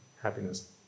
happiness